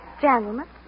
Gentlemen